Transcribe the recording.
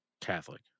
Catholic